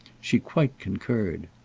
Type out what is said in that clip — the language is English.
she quite concurred.